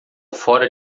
fora